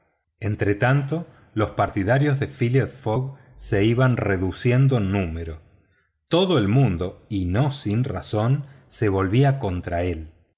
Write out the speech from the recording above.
haga entretanto los partidarios de phileas fogg se iban reduciendo en número todo el mundo y no sin razón se volvía contra él